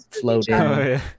floating